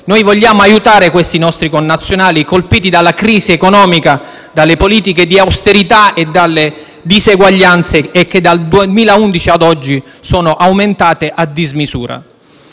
vuole aiutare questi nostri connazionali colpiti dalla crisi economica, dalle politiche di austerità e dalle disuguaglianze che dal 2011 ad oggi sono aumentate a dismisura.